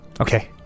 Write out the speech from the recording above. Okay